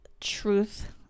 truth